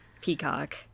Peacock